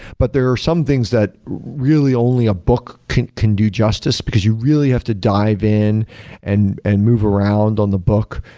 but there are some things that really only a book can can do justice, because you really have to dive in and and move around on the book.